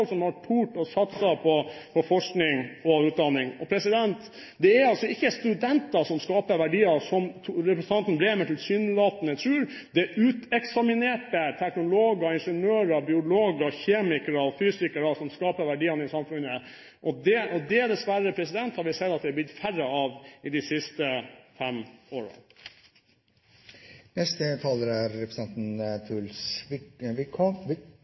denne sal har tort å satse på forskning og utdanning. Det er altså ikke studenter som skaper verdier – som representanten Bremer tilsynelatende tror – det er uteksaminerte teknologer, ingeniører, biologer, kjemikere og fysikere som skaper verdiene i samfunnet. Det har vi, dessverre, sett at det har blitt færre av de siste fem årene. Representanten Truls Wickholm